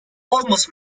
almost